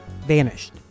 Vanished